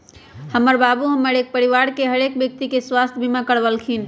हमर बाबू हमर घर परिवार के हरेक व्यक्ति के स्वास्थ्य बीमा करबलखिन्ह